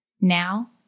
Now